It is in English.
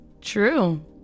True